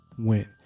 went